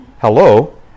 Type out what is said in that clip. Hello